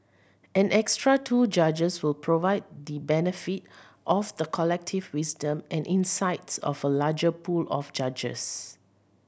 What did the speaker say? an extra two judges will provide the benefit of the collective wisdom and insights of a larger pool of judges